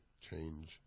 change